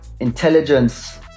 intelligence